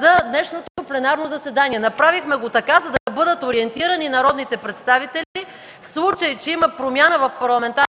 за днешното пленарно заседание. Направихме го така, за да бъдат ориентирани народните представители, в случай че има промяна в парламентарната